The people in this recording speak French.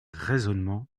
raisonnements